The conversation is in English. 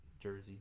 Jersey